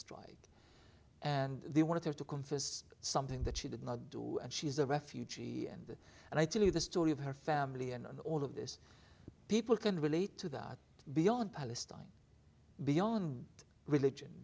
strike and they wanted her to confess to something that she did not do and she is a refugee and and i tell you the story of her family and all of this people can relate to that beyond palestine beyond religion